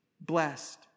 blessed